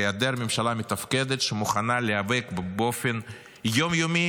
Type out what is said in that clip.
בהיעדר ממשלה מתפקדת שמוכנה להיאבק באופן יום-יומי